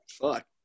fuck